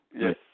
yes